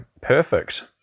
Perfect